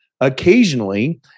occasionally